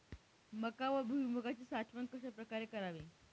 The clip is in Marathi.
मका व भुईमूगाची साठवण कशाप्रकारे करावी?